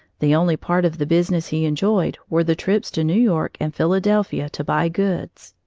the only part of the business he enjoyed were the trips to new york and philadelphia to buy goods.